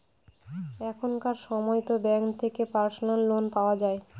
এখনকার সময়তো ব্যাঙ্ক থেকে পার্সোনাল লোন পাওয়া যায়